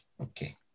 okay